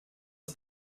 des